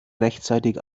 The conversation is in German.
rechtzeitig